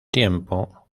tiempo